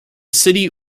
city